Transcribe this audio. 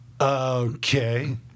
Okay